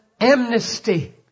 amnesty